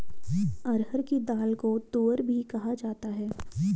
अरहर की दाल को तूअर भी कहा जाता है